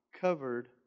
covered